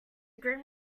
grim